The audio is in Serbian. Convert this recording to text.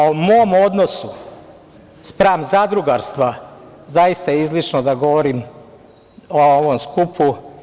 O mom odnosu spram zadrugarstva, zaista je izlišno da govorim ovom skupu.